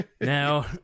Now